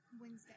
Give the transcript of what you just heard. Wednesday